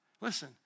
listen